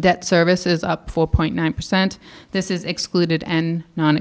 debt service is up four point nine percent this is excluded and